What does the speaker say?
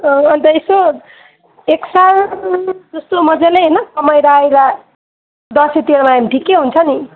अँ अन्त यसो एक साल जस्तो मजाले होइन कमाएर आएर दसैँ तिहारमा आयो भने ठिकै हुन्छ नि